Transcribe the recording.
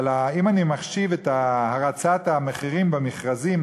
אבל אם אני מחשיב את הרצת המחירים במכרזים